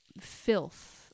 filth